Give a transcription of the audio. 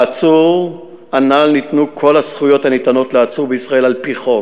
לעצור הנ"ל ניתנו כל הזכויות הניתנות לעצור בישראל על-פי חוק,